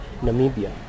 Namibia